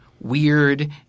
weird